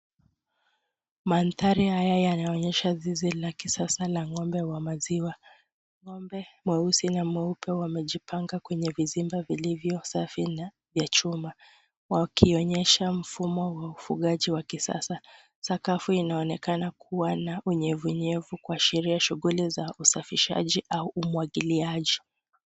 Mandhari haya yanaonyesha zizi la kisasa la ng'ombe wa maziwa.Ng'ombe mweusi na mweupe wamejipanga kwenye vizimba vilivyo safi na vya chuma, wakionyesha mfumo wa ufugaji wa kisasa. Sakafu inaonekana kuwa na unyevunyevu kuashiria shughuli za usafishaji au umwagiliaji.